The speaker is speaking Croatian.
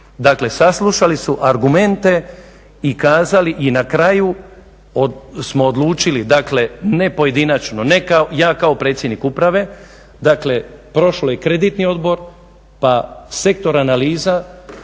Dakle saslušali su argumente i kazali i na kraju smo odlučili, dakle ne pojedinačno, ne ja kao predsjednik uprave, dakle prošlo je Kreditni odbor pa Sektor analiza,